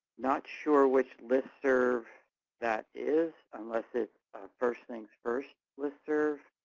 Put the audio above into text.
not sure which listserv that is unless it's a first things first listserv.